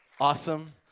awesome